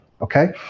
Okay